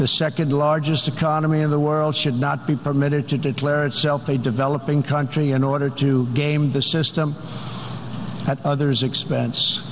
the nd largest economy in the world should not be permitted to declare itself a developing country in order to game the system at other's expense